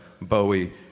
Bowie